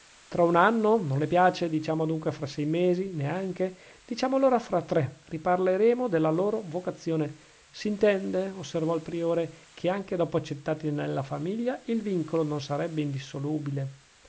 tra un anno non le piace diciamo adunque fra sei mesi neanche diciamo allora fra tre riparleremo della loro vocazione s'intende osservò il priore che anche dopo accettati nella famiglia il vincolo non sarebbe indissolubile